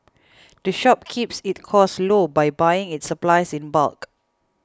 the shop keeps its costs low by buying its supplies in bulk